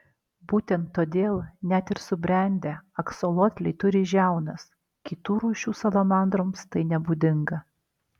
būtent todėl net ir subrendę aksolotliai turi žiaunas kitų rūšių salamandroms tai nebūdinga